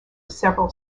several